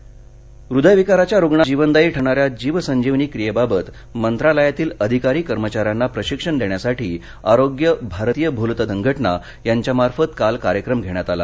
जीवसंजीवनी क्रिया हृदयविकाराच्या रुग्णांना जीवनदायी ठरणाऱ्या जीवसंजीवनी क्रियेबाबत मंत्रालयातील अधिकारी कर्मचाऱ्यांना प्रशिक्षण देण्यासाठी आरोग्य भारतीय भूलतज्ज्ञ संघ ज्ञा यांच्यामार्फत काल कार्यक्रम घेण्यात आला